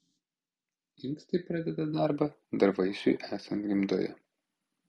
inkstai pradeda darbą dar vaisiui esant gimdoje